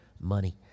money